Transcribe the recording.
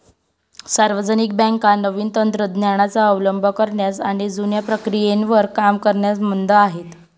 सार्वजनिक बँका नवीन तंत्र ज्ञानाचा अवलंब करण्यास आणि जुन्या प्रक्रियेवर काम करण्यास मंद आहेत